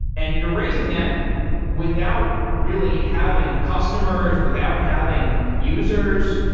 and you're raising that without really having customers, without having users.